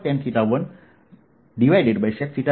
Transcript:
તેને નીચે મુજબ લખીએ